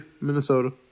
Minnesota